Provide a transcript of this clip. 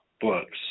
books